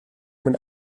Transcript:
mwyn